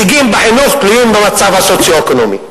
הישגים בחינוך תלויים במצב הסוציו-אקונומי.